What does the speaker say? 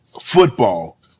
football